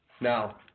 Now